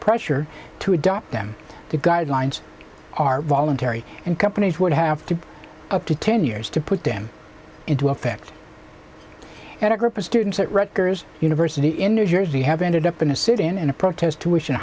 pressure to adopt them guidelines are voluntary and companies would have to up to ten years to put them into effect and a group of students at rutgers university in new jersey have ended up in a sit in in a protest t